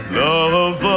love